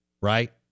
Right